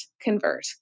convert